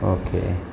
okay